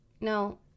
no